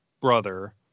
brother